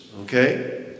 okay